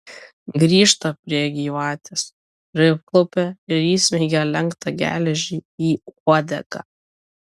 grįžta prie gyvatės priklaupia ir įsmeigia lenktą geležį į uodegą